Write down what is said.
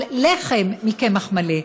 על לחם מקמח מלא,